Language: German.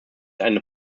einen